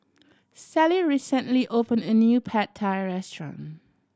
Sallie recently opened a new Pad Thai Restaurant